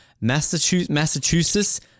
Massachusetts